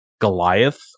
goliath